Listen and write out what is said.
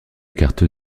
carte